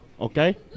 Okay